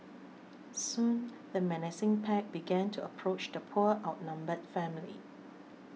soon the menacing pack began to approach the poor outnumbered family